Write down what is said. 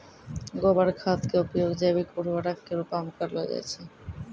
गोबर खाद के उपयोग जैविक उर्वरक के रुपो मे करलो जाय छै